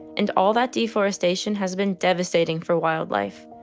and all that deforestation has been devastating for wildlife.